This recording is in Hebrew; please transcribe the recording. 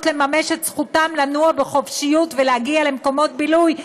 לממש את זכותן לנוע בחופשיות ולהגיע מקומות בילוי,